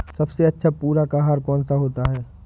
सबसे अच्छा पूरक आहार कौन सा होता है?